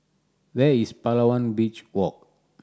where is Palawan Beach Walk